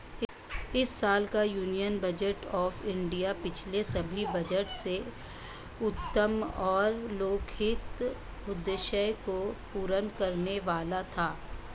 इस साल का यूनियन बजट ऑफ़ इंडिया पिछले सभी बजट से उत्तम और लोकहित उद्देश्य को पूर्ण करने वाला था